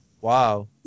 Wow